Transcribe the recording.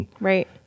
Right